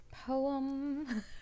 Poem